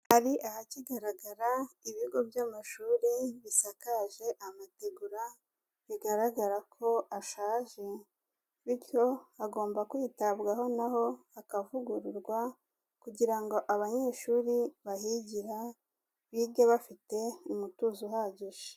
Hari ahakigaragara ibigo by'amashuri bisakaje amategura bigaragara ko ashaje bityo hagomba kwitabwaho na ho hakavugururwa kugira ngo abanyeshuri bahigira bige bafite umutuzo uhagije.